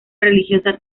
religiosa